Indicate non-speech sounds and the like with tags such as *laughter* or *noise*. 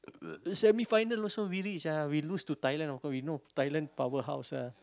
*noise* the semifinal also we reach ah we lose to Thailand of course we know Thailand power house ah